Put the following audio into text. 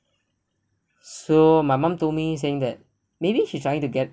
so my mom told me saying that maybe she trying to get